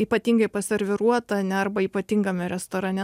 ypatingai paserviruota ane arba ypatingame restorane